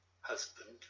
husband